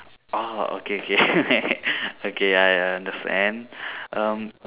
orh okay okay okay I understand um